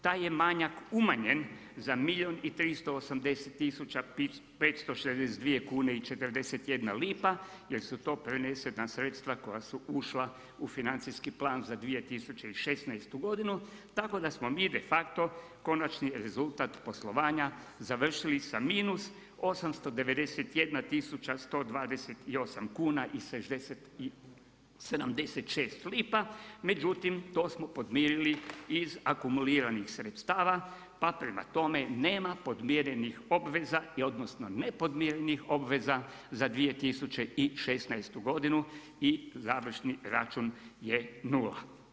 Taj je manjak umanjen za milijun i 380 tisuća 562 kune i 41 lipa, jer su to prenesena sredstva koja su ušla u financijski plan za 2016. godinu tako da smo mi de facto konačni rezultata poslovanja završili sa minus 891 tisuća 128 kuna i 76 lipa, međutim to smo podmirili iz akumuliranih sredstava pa prema tome nema podmirenih obveza odnosno nepodmirenih obveza za 2016. godinu i završni račun je nula.